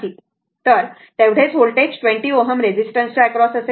तर तेवढेच व्होल्टेज 20 Ω रेजिस्टन्सच्या एक्रॉस असेल